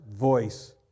voice